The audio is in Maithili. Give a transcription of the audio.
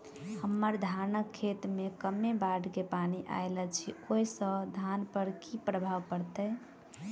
हम्मर धानक खेत मे कमे बाढ़ केँ पानि आइल अछि, ओय सँ धान पर की प्रभाव पड़तै?